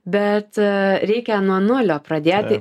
bet reikia nuo nulio pradėti